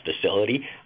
facility